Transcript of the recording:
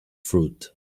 fruit